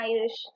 Irish